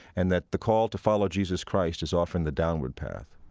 and that the call to follow jesus christ is often the downward path.